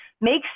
makes